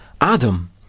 Adam